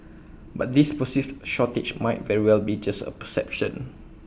but this perceived shortage might very well be just A perception